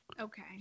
Okay